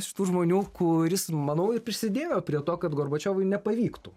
šitų žmonių kuris manau ir prisidėjo prie to kad gorbačiovui nepavyktų